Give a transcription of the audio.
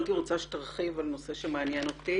הייתי רוצה שתרחיב על נושא שמעניין אותי